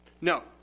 No